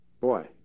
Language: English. Boy